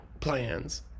plans